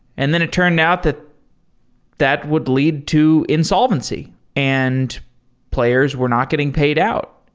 and then it turned out that that would lead to insolvency and players were not getting paid out,